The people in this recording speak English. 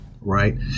Right